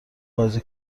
بازی